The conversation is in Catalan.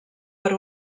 per